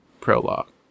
prologue